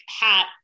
hat